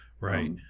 right